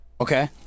Okay